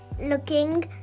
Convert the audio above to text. looking